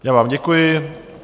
Já vám děkuji.